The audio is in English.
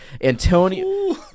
Antonio